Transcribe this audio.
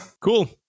Cool